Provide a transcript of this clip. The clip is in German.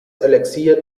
elixier